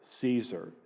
Caesar